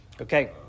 Okay